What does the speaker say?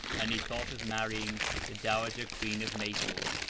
and he thought of marrying the dowager queen of naples,